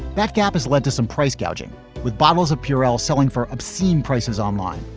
that gap has led to some price gouging with bottles of purell selling for obscene prices online.